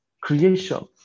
creation